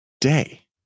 day